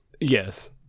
Yes